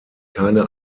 keine